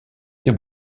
ses